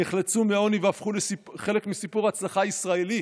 נחלצו מהעוני והפכו לחלק מסיפור ההצלחה ישראלי.